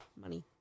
money